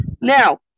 Now